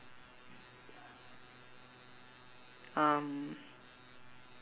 um